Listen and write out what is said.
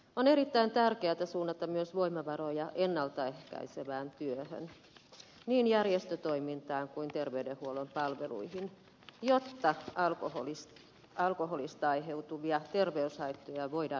on erittäin tärkeätä suunnata myös voimavaroja ennalta ehkäisevään työhön niin järjestötoimintaan kuin terveydenhuollon palveluihin jotta alkoholista aiheutuvia terveyshaittoja voidaan vähentää